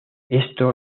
esto